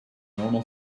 normal